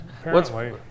apparently-